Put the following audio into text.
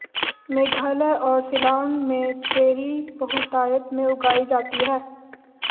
मेघालय और शिलांग में चेरी बहुतायत में उगाई जाती है